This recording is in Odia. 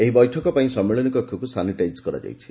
ଏହି ବୈଠକ ପାଇଁ ସମ୍ମିଳନୀ କକ୍ଷକୃ ସାନିଟାଇଜ୍ କରାଯାଇଛି